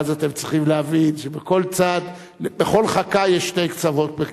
ואז אתם צריכים להבין שלכל חכה יש שני קצוות,